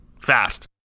fast